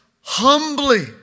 humbly